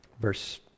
verse